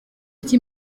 icyo